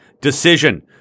decision